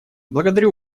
благодарю